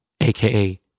aka